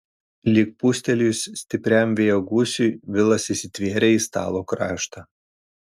lyg pūstelėjus stipriam vėjo gūsiui vilas įsitvėrė į stalo kraštą